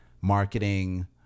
marketing